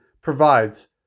provides